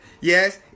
yes